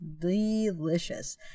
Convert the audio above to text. delicious